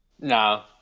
No